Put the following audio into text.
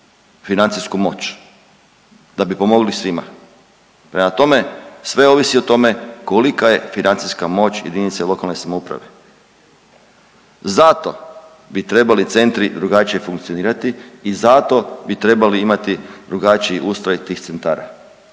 financijsku moć da bi pomogli svima, prema tome sve ovisi o tome kolika je financijska moć JLS. Zato bi trebali centri drugačije funkcionirati i zato bi trebali imati drugačiji ustroj tih centara.